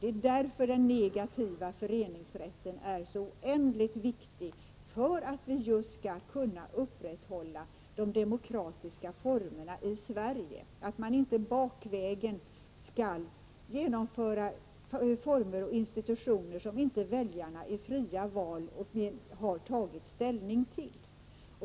Det är därför den negativa föreningsrätten är så oändligt viktig, just för att vi skall kunna upprätthålla de demokratiska formerna i Sverige, så att man inte bakvägen skall kunna införa former och institutioner som inte väljarna i fria val har tagit ställning till.